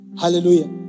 hallelujah